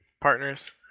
partners